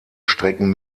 strecken